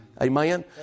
Amen